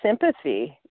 sympathy